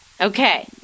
Okay